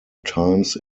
times